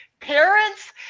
parents